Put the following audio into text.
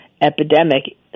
epidemic